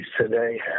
today